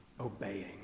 obeying